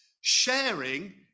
sharing